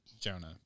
Jonah